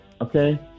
Okay